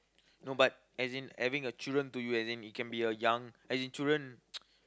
no but as in having a children to you as in it can be a young as in children